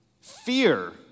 fear